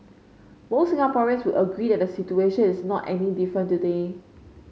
most Singaporeans would agree that the situation is not any different today